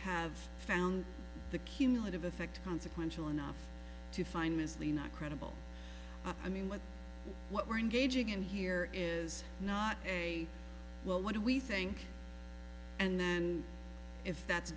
have found the cumulative effect consequential enough to find ms lee not credible i mean what what we're engaging in here is not a well what do we think and then if that's